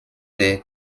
der